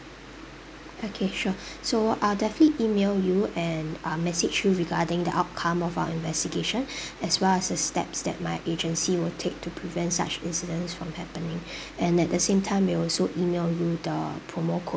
okay sure so I'll definitely email you and uh message you regarding the outcome of our investigation as well as the steps that my agency will take to prevent such incidents from happening and at the same time we will also email you the promo code